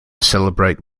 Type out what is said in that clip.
celebrate